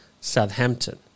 Southampton